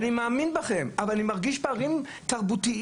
אני מאמין בכם אבל אני מרגיש פערים תרבותיים,